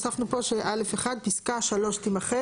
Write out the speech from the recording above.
בסופו יבוא "ובצירוף אישור על תשלום האגרה